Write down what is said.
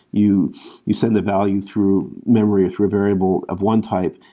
you you send the value through memory, through a variable of one type,